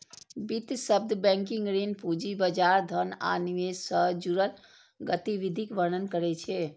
वित्त शब्द बैंकिंग, ऋण, पूंजी बाजार, धन आ निवेश सं जुड़ल गतिविधिक वर्णन करै छै